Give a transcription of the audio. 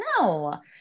No